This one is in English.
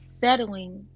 settling